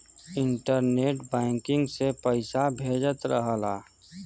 internet banking से पइसा भेजत रहला